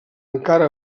encara